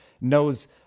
knows